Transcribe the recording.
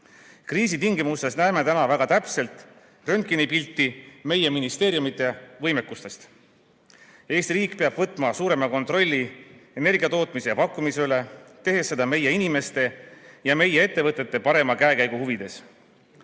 Kriisi tingimustes näeme täna väga täpset röntgenipilti meie ministeeriumide võimekustest. Eesti riik peab võtma suurema kontrolli energia tootmise ja pakkumise üle, tehes seda meie inimeste ja meie ettevõtete parema käekäigu huvides.